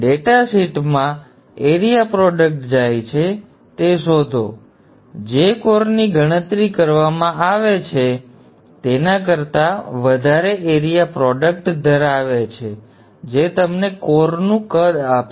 data શીટમાં area product જાય છે તે શોધો જે કોરની ગણતરી કરવામાં આવે છે તેના કરતા વધારે એરિયા પ્રોડક્ટ ધરાવે છે જે તમને કોરનું કદ આપશે